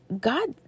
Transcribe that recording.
God